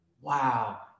wow